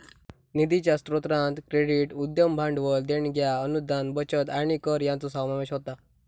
निधीच्या स्रोतांत क्रेडिट, उद्यम भांडवल, देणग्यो, अनुदान, बचत आणि कर यांचो समावेश होता